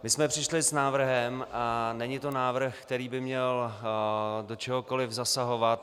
My jsme přišli s návrhem, a není to návrh, který by měl do čehokoli zasahovat.